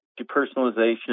depersonalization